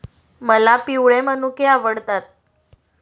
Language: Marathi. मला पिवळे मनुके आवडतात